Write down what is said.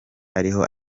ariho